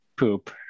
poop